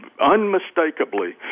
unmistakably